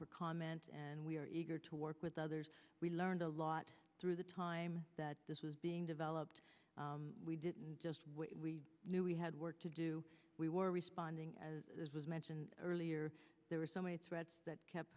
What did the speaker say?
for comment and we are eager to work with others we learned a lot through the time that this was being developed we didn't just we knew we had work to do we were responding as was mentioned earlier there were so many threats that kept